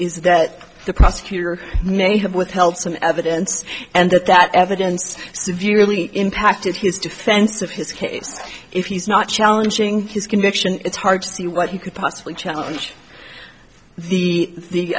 is that the prosecutor may have withheld some evidence and that that evidence severely impacted his defense of his case if he's not challenging his conviction it's hard to see what he could possibly challenge the